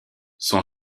son